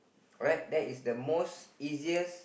alright that is the most easiest